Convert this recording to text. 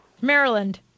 Maryland